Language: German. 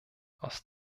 aus